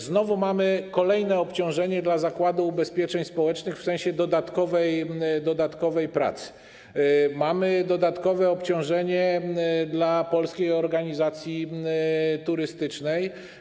Znowu mamy kolejne obciążenie dla Zakładu Ubezpieczeń Społecznych w sensie dodatkowej pracy, mamy dodatkowe obciążenie dla Polskiej Organizacji Turystycznej.